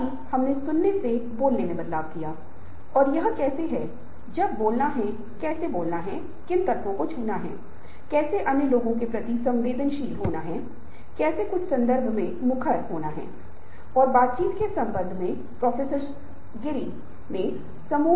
इसलिए हम सभी एक विकल्प लक्ष्य के लिए जाते हैं लेकिन मुख्य लक्ष्य में निरंतर विफलता कुछ व्यक्तियों में निराशा पैदा करेगी और वे खुद को न्यायोचित ठहराने के लिए रक्षात्मक प्रतिक्रया का सहारा लेंगे जबकि अन्य व्यक्तियों के लिए हर विफलता सीखने के लिए एक कदम होगी